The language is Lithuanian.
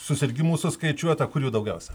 susirgimų suskaičiuota kuri jų daugiausia